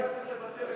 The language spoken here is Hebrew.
היה צריך לבטל,